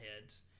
heads